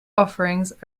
offerings